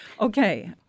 Okay